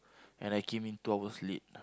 and I came in two hours late